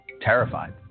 Terrified